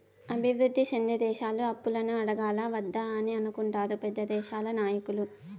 అభివృద్ధి సెందే దేశాలు అప్పులను అడగాలా వద్దా అని అనుకుంటారు పెద్ద దేశాల నాయకులు